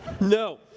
No